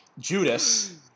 Judas